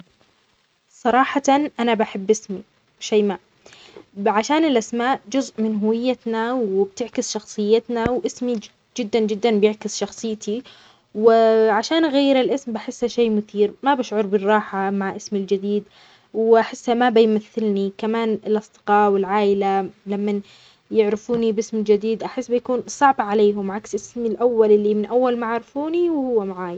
أفضل الاحتفاظ باسم الأول الحالي. لأن الاسم جزء من هويتي ويعكس تاريخي وتجربتي. تغيير الاسم يمكن أن يكون مربكًا ويبعدني عن ذكرياتي وأشخاص يعرفونني به.